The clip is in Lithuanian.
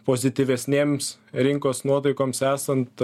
pozityvesnėms rinkos nuotaikoms esant